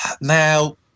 Now